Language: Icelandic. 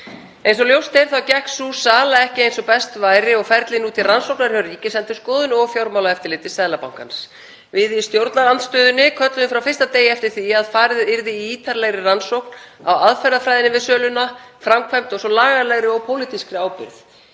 Eins og ljóst er gekk sú sala ekki eins og best væri og ferlið er nú til rannsóknar hjá Ríkisendurskoðun og Fjármálaeftirliti Seðlabankans. Við í stjórnarandstöðunni kölluðum frá fyrsta degi eftir því að farið yrði í ítarlegri rannsókn á aðferðafræðinni við söluna, framkvæmd og svo lagalegri og pólitískri ábyrgð.